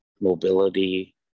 mobility